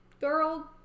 girl